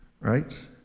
right